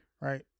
right